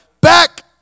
Back